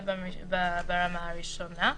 זה ברמה הראשונה.